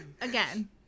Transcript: again